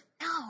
No